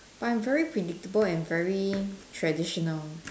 but I'm very predictable and very traditional